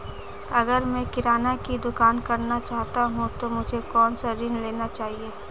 अगर मैं किराना की दुकान करना चाहता हूं तो मुझे कौनसा ऋण लेना चाहिए?